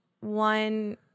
one